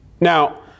Now